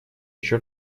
еще